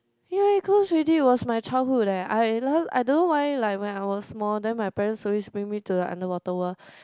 ya it close already it was my childhood leh I I don't know why like when I was small then my parents always bring me to the underwater world